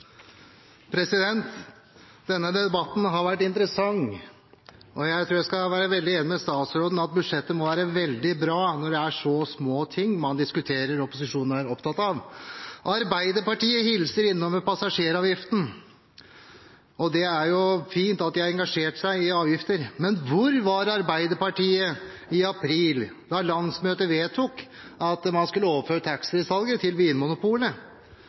Denne debatten har vært interessant, og jeg tror jeg skal være veldig enig med statsråden i at budsjettet må være veldig bra når det er så små ting man diskuterer, og som opposisjonen er opptatt av. Arbeiderpartiet hilser innom med passasjeravgiften. Det er jo fint at de har engasjert seg i avgifter, men hvor var Arbeiderpartiet i april, da landsmøtet vedtok at man skulle overføre taxfree-salget til Vinmonopolet?